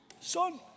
Son